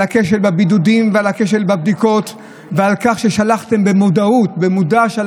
על הכשל בבידודים ועל הכשל בבדיקות ועל כך ששלחתם במודע אנשים